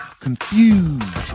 Confused